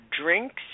drinks